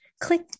click